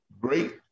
great